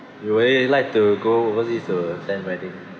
you really like to go overseas to attend wedding